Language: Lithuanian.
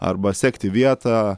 arba sekti vietą